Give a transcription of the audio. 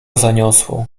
zaniosło